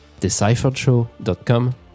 decipheredshow.com